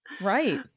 Right